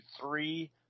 three